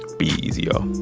be easy, y'all